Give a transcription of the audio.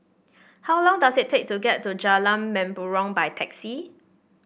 how long does it take to get to Jalan Mempurong by taxi